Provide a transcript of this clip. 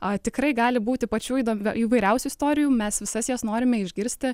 a tikrai gali būti pačių įdo įvairiausių istorijų mes visas jas norime išgirsti